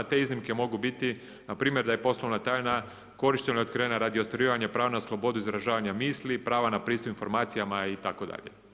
TE iznimke mogu biti npr. da je poslovna tajna korištena i otkrivena radi ostvarivanja pravna na slobodu i izražavanja misli, prava na pristup informacijama itd.